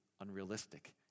unrealistic